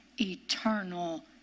eternal